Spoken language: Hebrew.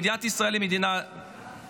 מדינת ישראל היא מדינה ציונית,